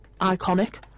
Iconic